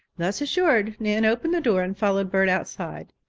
thus assured nan opened the door and followed bert outside.